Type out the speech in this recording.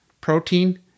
protein